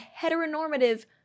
heteronormative